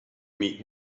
meet